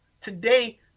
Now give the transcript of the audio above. today